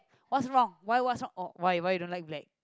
what's wrong why what's wrong oh why why you don't like black